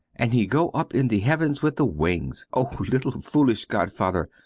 and he go up in the heavens with the wings! oh little foolish godfather!